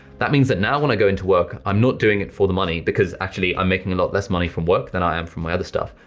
that means now when i go into work i'm not doing it for the money, because actually i'm making a lot less money from work than i am from my other stuff,